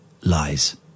lies